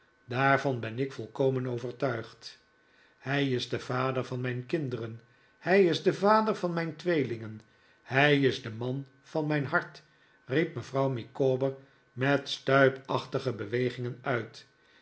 daarvan ben ik volkomen overtuigd hij is de vader van mijn kinderen hij is de vader van mijn tweelingen hij is de man van mijn hart riep mevrouw micawber met stuipachtige bewegingen uit